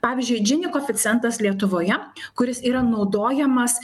pavyzdžiui džini koeficientas lietuvoje kuris yra naudojamas